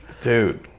Dude